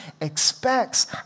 expects